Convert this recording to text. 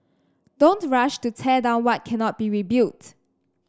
don't rush to tear down what cannot be rebuilt